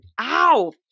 Ow